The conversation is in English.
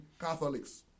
Catholics